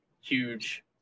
huge